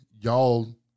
y'all